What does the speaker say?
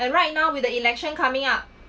and right now with the election coming up